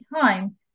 time